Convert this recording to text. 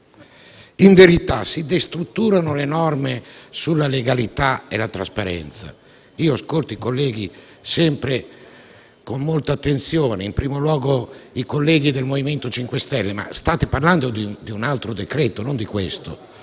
In verità, si destrutturano le norme sulla legalità e la trasparenza. Io ascolto i colleghi sempre con molta attenzione, in primo luogo quelli del MoVimento 5 Stelle. Ma state parlando di un altro decreto-legge, non di questo.